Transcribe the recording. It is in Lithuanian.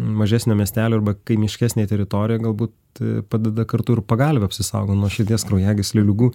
mažesnio miestelio arba kaimiškesnėj teritorijoj galbūt padeda kartu ir pagalvę apsisaugo nuo širdies kraujagyslių ligų